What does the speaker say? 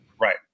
Right